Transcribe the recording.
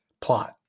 plot